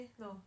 No